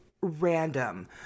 random